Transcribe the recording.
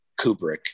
Kubrick